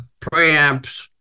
preamps